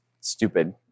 Stupid